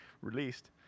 released